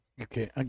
Okay